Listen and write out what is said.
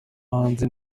hanze